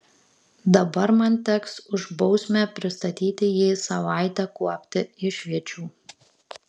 dabar man teks už bausmę pristatyti jį savaitę kuopti išviečių